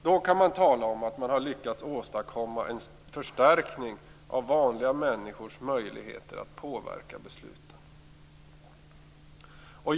Då kan man tala om att man har lyckats åstadkomma en förstärkning av vanliga människors möjligheter att påverka besluten.